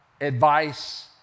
advice